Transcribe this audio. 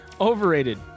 Overrated